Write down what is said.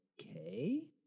okay